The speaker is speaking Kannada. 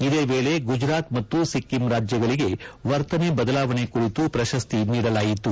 ಇದೇ ವೇಳೆ ಗುಜರಾತ್ ಮತ್ತು ಸಿಕ್ಕಿಂ ರಾಜ್ಯಗಳಿಗೆ ವರ್ತನೆ ಬದಲಾವಣೆ ಕುರಿತು ಪ್ರಶಸ್ತಿ ನೀಡಲಾಯಿತು